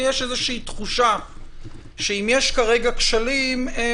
כי יש איזה תחושה שאם יש כרגע כשלים הם